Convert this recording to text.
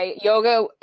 yoga